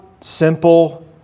simple